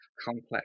complex